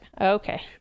Okay